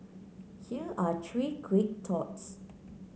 here are three quick thoughts